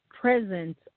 presence